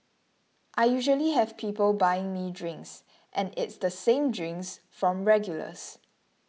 I usually have people buying me drinks and it's the same drinks from regulars